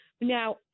Now